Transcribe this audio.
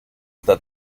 that